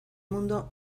mundo